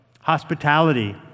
Hospitality